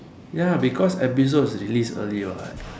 ya because episodes release early what